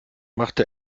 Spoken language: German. machte